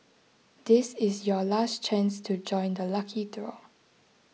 this is your last chance to join the lucky draw